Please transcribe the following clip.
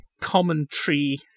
commentary